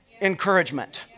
encouragement